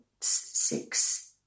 six